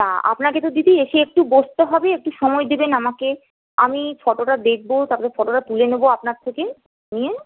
তা আপনাকে তো দিদি এসে একটু বসতে হবে একটু সময় দেবেন আমাকে আমি ফটোটা দেখবো তারপর ফটোটা তুলে নেবো আপনার থেকে নিয়ে